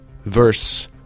verse